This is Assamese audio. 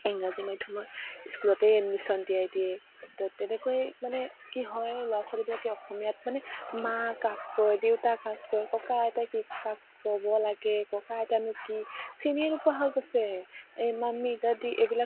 ইংৰাজী মাধ্যমৰ ইস্কুলতেই এডমিছন দিয়াই দিয়ে তো তেনেকৈ মানে কি হয় ল'ৰা ছোৱালীবিলাকে অসমীয়াত মানে মা কাক কয় দেউতা কাক কয় ককা আইতা কি কাক ক'ব লাগে ককা আইতানো কি চিনিয়েই নোপোৱা হৈ গৈছে এই মাম্মী ডাড্ডী এইবিলাক